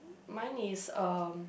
mine is um